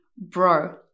Bro